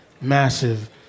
massive